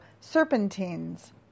Serpentines